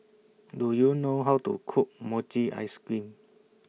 Do YOU know How to Cook Mochi Ice Cream